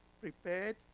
prepared